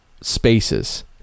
spaces